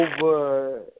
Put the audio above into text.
over